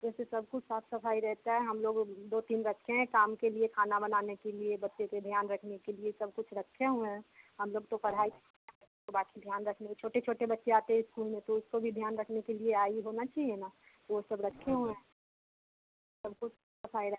जैसे सब कुछ साफ़ सफ़ाई रहता है हम लोग दो तीन रखते हैं काम के लिए खाना बनाने के लिए बच्चे पर ध्यान रखने के लिए सब कुछ रखे हुए हैं हम लोग तो पढ़ाई बाकी ध्यान रखने छोटे छोटे बच्चे आते हैं इस्कूल में तो उसको भी ध्यान रखने के लिए आई होना चाहिए ना वह सब रखे हैं सब कुछ सफ़ाई रख